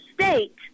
state